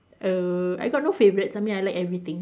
err I got no favourites I mean I like everything